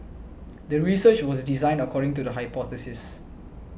the research was designed according to the hypothesis